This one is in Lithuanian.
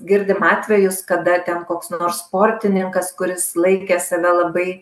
girdim atvejus kada ten koks nors sportininkas kuris laikė save labai